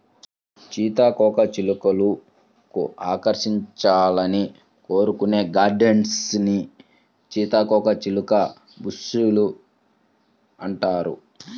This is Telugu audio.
సీతాకోకచిలుకలు ఆకర్షించాలని కోరుకునే గార్డెన్స్ ని సీతాకోకచిలుక బుష్ లు అంటారు